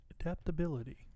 Adaptability